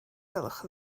gwelwch